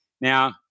Now